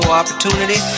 opportunity